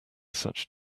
such